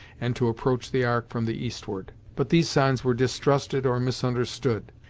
and to approach the ark from the eastward. but these signs were distrusted or misunderstood.